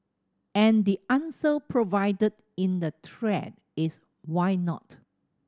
and the answer provided in the thread is why not